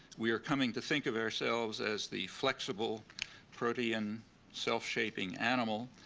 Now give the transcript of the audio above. we are coming to think of ourselves as the flexible protean self-shaping animal,